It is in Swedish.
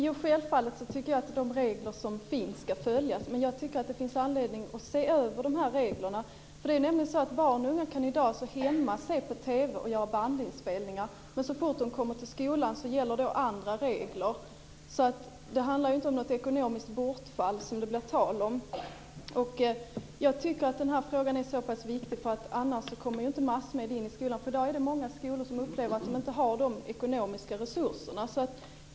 Fru talman! Jag tycker självfallet att de regler som finns ska följas. Men jag tycker att det finns anledning att se över de här reglerna. Det är nämligen så att barn och unga i dag kan se på TV hemma och göra bandinspelningar, men så fort de kommer till skolan gäller andra regler. Det blir inte tal om något ekonomiskt bortfall. Jag tycker att den här frågan är viktig, annars kommer inte massmedierna in i skolan. Det är många skolor som i dag upplever att de inte har de ekonomiska resurserna för detta.